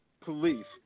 Police